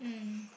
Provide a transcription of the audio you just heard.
mm